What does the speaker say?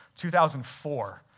2004